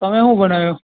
તમે શું બનાવ્યું